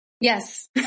Yes